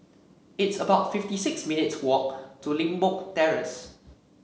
it's about fifty six minutes' walk to Limbok Terrace